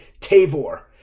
Tavor